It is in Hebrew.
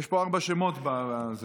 יש פה ארבעה שמות בזה.